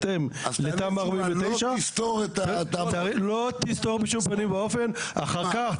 לא יסתור את תמ"א 49. כי הבעיה שלנו